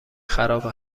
خراب